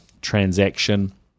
transaction